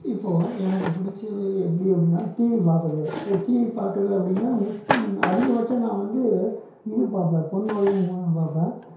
இப்போது எனக்கு பிடிச்சது எப்படி அப்படினா டிவி பார்க்குறது அந்த டிவி பார்க்குறது அப்படினா அதிகபட்சம் நான் வந்து இது பார்ப்பேன் பொன் விளையும் பூமி பார்ப்பேன்